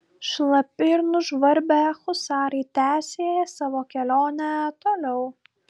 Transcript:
šlapi ir nužvarbę husarai tęsė savo kelionę toliau